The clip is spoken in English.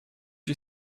you